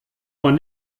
man